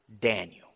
Daniel